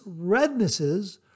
rednesses